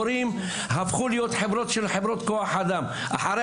מורים הפכו להיות חברות כוח אדם אחרי